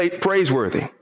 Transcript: praiseworthy